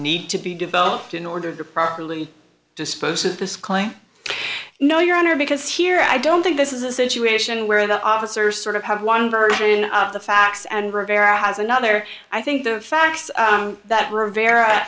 need to be developed in order to properly dispose of this claim no your honor because here i don't think this is a situation where the officers sort of have one version of the facts and rivera has another i think the facts that rivera